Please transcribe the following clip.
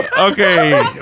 Okay